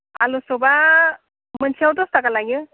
आलु सपआ मोनसेयाव दस थाखा लायो